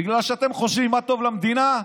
בגלל שאתם חושבים מה טוב למדינה?